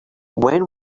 when